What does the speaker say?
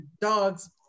dog's